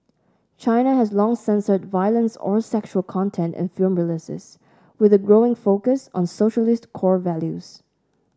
China has long censored violence or sexual content in film releases with a growing focus on socialist core values